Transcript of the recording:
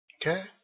Okay